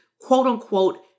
quote-unquote